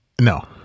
No